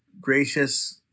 gracious